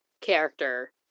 character